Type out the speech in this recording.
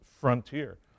frontier